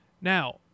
Now